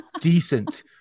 decent